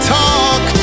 talk